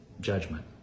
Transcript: judgment